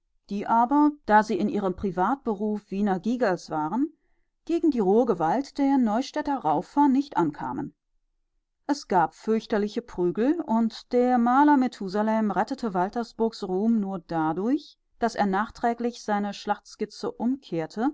die aber da sie in ihrem privatberuf wiener gigerls waren gegen die rohe gewalt der neustädter raufer nicht aufkamen es gab fürchterliche prügel und der maler methusalem rettete waltersburgs ruhm nur dadurch daß er nachträglich seine schlachtskizze umkehrte